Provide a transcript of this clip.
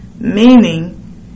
Meaning